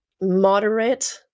moderate